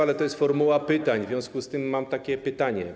Ale to jest formuła pytań, w związku z tym mam takie pytanie.